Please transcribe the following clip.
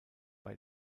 bei